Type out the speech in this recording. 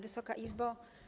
Wysoka Izbo!